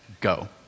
go